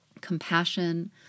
compassion